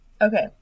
Okay